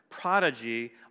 prodigy